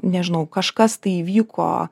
nežinau kažkas tai įvyko